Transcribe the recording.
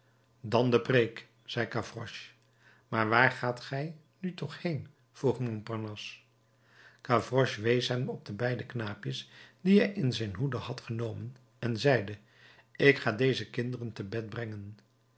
dan de preek zei gavroche maar waar gaat gij nu toch heen vroeg montparnasse gavroche wees hem op de beide knaapjes die hij in zijn hoede had genomen en zeide ik ga deze kinderen te bed brengen